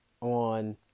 on